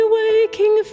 waking